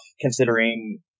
considering